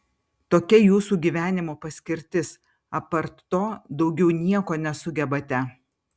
tokia jūsų gyvenimo paskirtis apart to daugiau nieko nesugebate